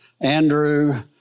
Andrew